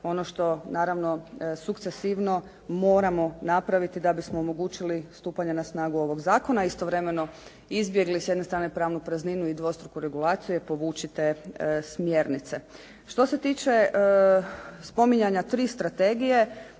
ono što naravno sukcesivno moramo napraviti da bismo omogućili stupanje na snagu ovog zakona i istovremeno izbjegli s jedne strane pravnu prazninu i dvostruku regulaciju je povući te smjernice. Što se tiče spominjanja tri strategije,